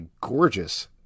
gorgeous